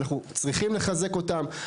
אנחנו צריכים לחזק אותם.